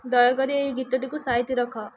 ଦୟାକରି ଏହି ଗୀତଟିକୁ ସାଇତି ରଖ